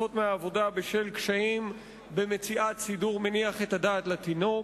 מהעבודה בשל קשיים במציאות סידור מניח את הדעת לתינוק.